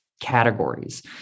categories